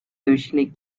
usually